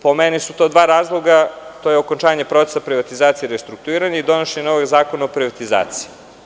Po meni su to dva razloga, to je okončanje procesa privatizacije, restrukturiranja i donošenjem novog zakona o privatizaciji.